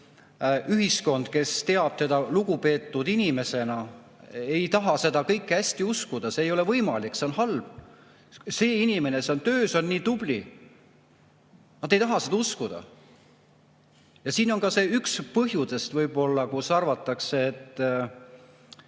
ju ühiskond, kes teab teda lugupeetud inimesena, ei taha seda kõike hästi uskuda – see ei ole võimalik, see on halb. See inimene oma töös on nii tubli. Nad ei taha seda uskuda. Ja siin on ka üks põhjustest võib-olla, miks arvatakse, et